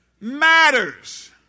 matters